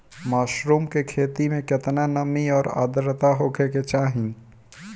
Mushroom की खेती में केतना नमी और आद्रता होखे के चाही?